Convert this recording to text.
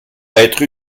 être